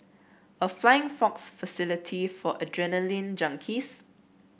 a flying fox facility for adrenaline junkies